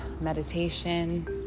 meditation